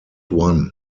one